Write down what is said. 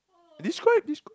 describe describe